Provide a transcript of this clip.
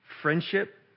Friendship